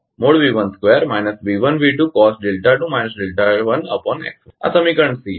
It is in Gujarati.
તેથી આ સમીકરણ સી છે